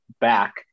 back